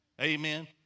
Amen